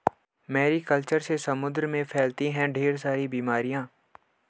Mary culture से समुद्र में फैलती है ढेर सारी बीमारियां